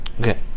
okay